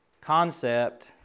concept